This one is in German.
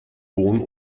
bohnen